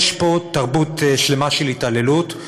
יש פה תרבות שלמה של התעללות,